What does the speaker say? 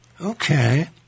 Okay